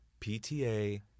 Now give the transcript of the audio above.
PTA